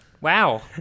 wow